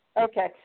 Okay